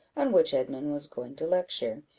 on which edmund was going to lecture,